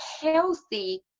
healthy